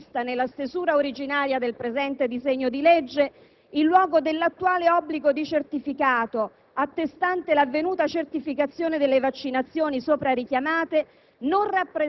La previsione dell'autocertificazione, così com'era contemplata nella stesura originaria del presente disegno di legge, in luogo dell'attuale obbligo di certificato